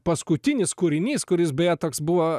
paskutinis kūrinys kuris beje toks buvo